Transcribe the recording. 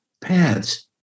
paths